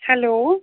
hello